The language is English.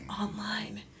online